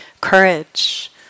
courage